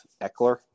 Eckler